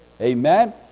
amen